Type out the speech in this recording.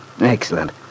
Excellent